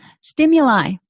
Stimuli